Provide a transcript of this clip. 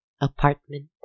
Apartment